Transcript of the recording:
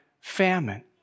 famine